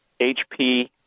HP